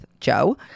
Joe